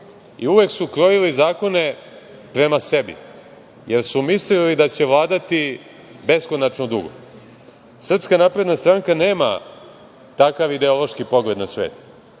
i uvek su krojili zakone prema sebi, jer su mislili da će vladati beskonačno dugo. Srpska napredna stranka nema takav ideološki pogled na svet.